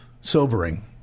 Sobering